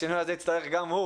השינוי הזה יצטרך גם הוא